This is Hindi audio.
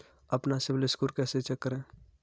अपना सिबिल स्कोर कैसे चेक करें?